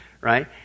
right